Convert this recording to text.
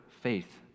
faith